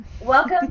Welcome